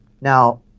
Now